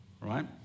right